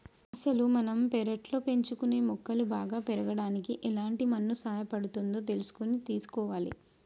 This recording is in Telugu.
అసలు మనం పెర్లట్లో పెంచుకునే మొక్కలు బాగా పెరగడానికి ఎలాంటి మన్ను సహాయపడుతుందో తెలుసుకొని తీసుకోవాలి